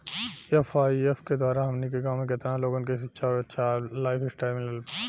AIF के द्वारा हमनी के गांव में केतना लोगन के शिक्षा और अच्छा लाइफस्टाइल मिलल बा